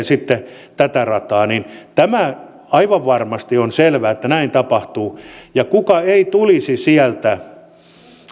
sitten tätä rataa tämä aivan varmasti on selvää että näin tapahtuu ja kuka ei tulisi sieltä